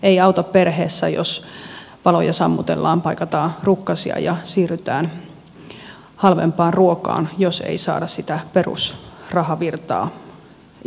ei auta perheessä jos valoja sammutellaan paikataan rukkasia ja siirrytään halvempaan ruokaan jos ei saada sitä perusrahavirtaa isonnettua